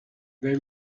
they